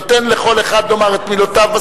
נותן לכל אחד לומר את מילותיו,